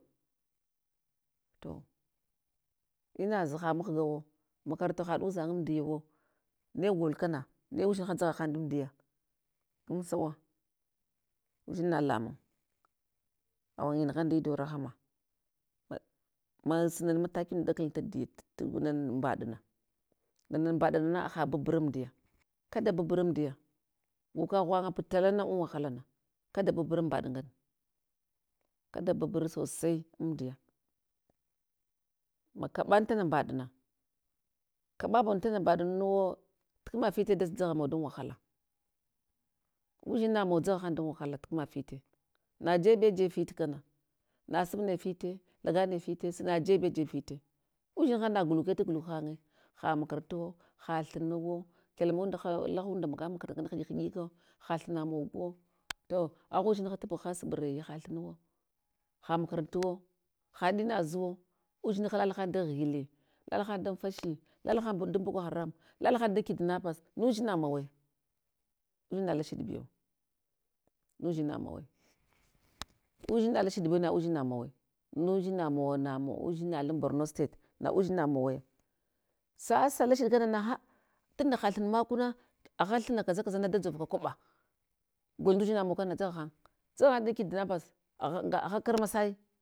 To inaz ha mahgawo, makaranta haɗ udzangamdiyawo, negol kana ei udzinha dzaghahan damdiya, gamsawa, udzina lamung, awanginugha nda idon rahama, ma masunal mataki nda kaltaduta tu nan mɓaɗna nana mɓaɗnana haha baburamdiya, kada baburamdiya, vuka ghwanga puɗ talana, an wahalana kada baburam mɓaɗ ngana, kaga babur sosai andiya, makaɗal tana mbaɗina, kaɗabol tana mɓaɗnunawo, tkma fite da dzaghama wa dan wahala. udzinamawa dzagha han dan wahala tkma fite, najebe jeb fit kana, nasubnaya fite laga naya fite suna jebe jeb fite udzinha na guleke laguluk hanye, ha makarantuwo, ha thinawo kyalmundaha, lahunda maga makaranta ngane hiɗik hiɗika, ha thuna moguwo. To agha udzinha taɓuga suburiya ha thunawo, ha makarantawo, haɗ inazu wo, udzinha lalahan da ghile, lalahan dan fashi, lalahan dan boko haram, lalahan dan kidnappers, nudzinamawai, udzina lashiɗ bew, nudzina mawai, udzina lashiɗ bew na udzina mawai, nudzina mawa, nama wa, udzina lan borno state, na udzina mawa ya. Sasa lashiɗ kanana hatunda hathum makuna, agha thuna agha thuna kaza kazana da dzovka kwaɓa, gol ndudzina wa kana dzagha han, dzagha han dan kidnappers, agha nda agha karmasaya.